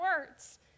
words